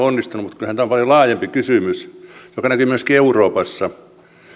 onnistunut mutta kyllähän tämä on paljon laajempi kysymys joka näkyy myöskin euroopassa